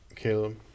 Caleb